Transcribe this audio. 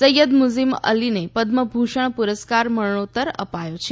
સૈયદ મુઝીમ અલીને પદ્મભૂષણ પુરસ્કાર મરણોત્તર અપાયો છે